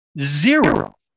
Zero